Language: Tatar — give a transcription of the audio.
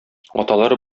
аталары